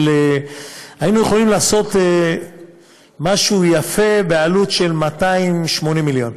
היינו יכולים לעשות משהו יפה בעלות של 280 מיליון.